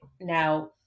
Now